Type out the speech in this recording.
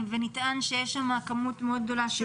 נטען שיש שם כמות גדולה של מבנים